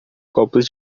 copos